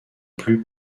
plus